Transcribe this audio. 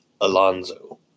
Alonzo